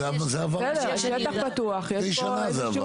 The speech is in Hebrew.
זה עבר לפני שנה.